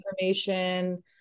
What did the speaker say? information